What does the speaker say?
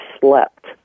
slept